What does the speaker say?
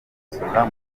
gusura